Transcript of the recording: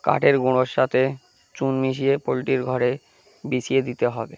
কাঠের গুঁড়োর সাথে চুন মিশিয়ে পোলট্রির ঘরে বিছিয়ে দিতে হবে